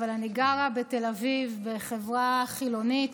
אבל אני גרה בתל אביב בחברה חילונית,